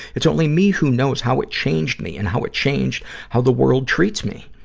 it's only me who knows how it changed me and how it changed how the world treats me.